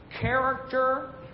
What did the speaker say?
character